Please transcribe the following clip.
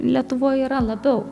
lietuvoj yra labiau